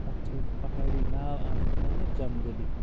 تتھ چھُ وۄنۍ پہاڑی ناو آمُت تھاونہٕ جم گلی